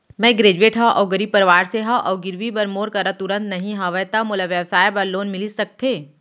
मैं ग्रेजुएट हव अऊ गरीब परवार से हव अऊ गिरवी बर मोर करा तुरंत नहीं हवय त मोला व्यवसाय बर लोन मिलिस सकथे?